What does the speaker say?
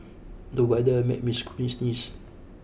the weather made me squeeze sneeze